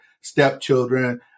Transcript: stepchildren